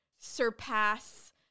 surpass